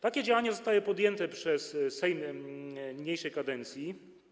Takie działania zostały podjęte przez Sejm niniejszej kadencji.